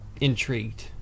intrigued